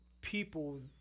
people